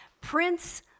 Prince